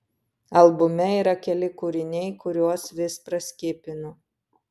albume yra keli kūriniai kuriuos vis praskipinu